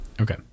Okay